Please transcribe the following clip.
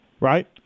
right